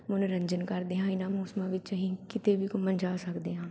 ਮਨੋਰੰਜਨ ਕਰਦੇ ਹਾਂ ਇਹਨਾਂ ਮੌਸਮਾਂ ਵਿੱਚ ਅਸੀਂ ਕਿਤੇ ਵੀ ਘੁੰਮਣ ਜਾ ਸਕਦੇ ਹਾਂ